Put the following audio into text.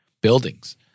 buildings